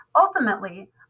ultimately